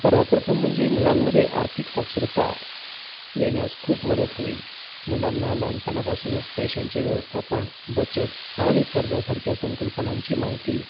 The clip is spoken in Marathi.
सर्वात प्रथम म्हणजे मुलांमध्ये आर्थिक साक्षरता येण्यास खूप मदत होईल मुलांना लहानपणापासूनच पैशांची व्यवस्था पण बचत आणि कर्जासारख्या संकल्पनांची माहिती